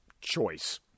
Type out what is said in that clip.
choice